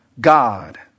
God